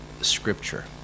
Scripture